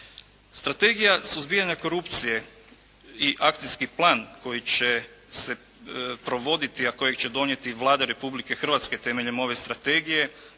Strategija suzbijanja korupcije i akcijski plan koji će se provoditi, a kojeg će donijeti Vlada Republike Hrvatske temeljem ove strategije